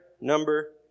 number